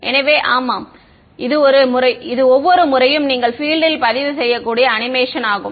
எனவே ஆமாம் இது ஒவ்வொரு முறையும் நீங்கள் பீல்ட் ல் பதிவு செய்யக்கூடிய அனிமேஷன் ஆகும்